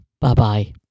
bye-bye